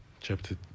chapter